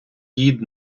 дід